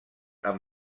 amb